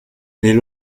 les